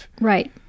Right